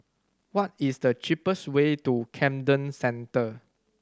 what is the cheapest way to Camden Centre